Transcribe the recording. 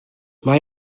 mae